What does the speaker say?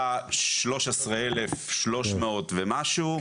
היה 13,300 ומשהו.